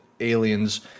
aliens